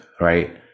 right